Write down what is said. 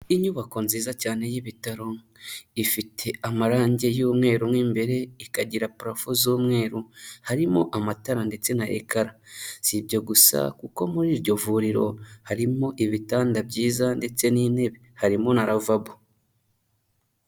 Inyubako nziza cyane y'ibitaro, ifite amarangi y'umweru mo imbere, ikagira parafo z'umweru, harimo amatara ndetse na ekara, si ibyo gusa kuko muri iryo vuriro harimo ibitanda byiza ndetse n'intebe, harimo na ravabo.